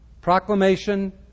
Proclamation